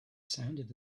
sounded